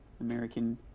American